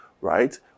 right